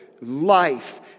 life